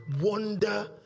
wonder